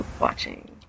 watching